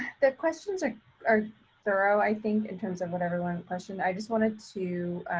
the questions are are thorough. i think in terms of what everyone questioned. i just wanted to